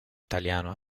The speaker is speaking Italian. italiano